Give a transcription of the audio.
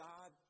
God